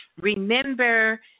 Remember